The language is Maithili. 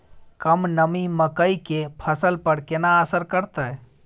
कम नमी मकई के फसल पर केना असर करतय?